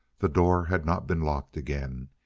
the door had not been locked again.